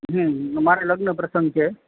મારે લગ્ન પ્રસંગ છે